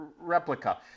replica